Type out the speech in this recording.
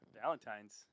valentine's